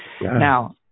Now